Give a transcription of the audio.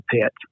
pet